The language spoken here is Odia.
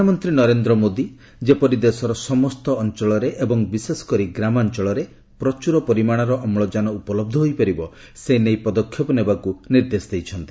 ପ୍ରଧାନମନ୍ତ୍ରୀ ନରେନ୍ଦ୍ର ମୋଦୀ ଯେପରି ଦେଶର ସମସ୍ତ ଅଞ୍ଚଳରେ ଏବଂ ବିଶେଷ କରି ଗ୍ରାମାଞ୍ଚଳରେ ପ୍ରଚୁର ପରିମାଣର ଅମ୍ଳଜାନ ଉପଲହ୍ଧ ହୋଇପାରିବ ସେ ନେଇ ପଦକ୍ଷେପ ନେବାକୁ ନିର୍ଦ୍ଦେଶ ଦେଇଛନ୍ତି